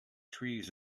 trees